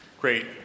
great